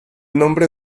nombre